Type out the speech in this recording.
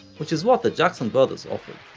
which is what the jackson brothers offered.